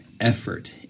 effort